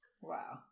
Wow